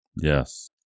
Yes